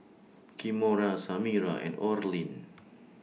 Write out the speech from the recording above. Kimora Samira and Orlin